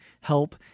help